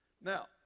Now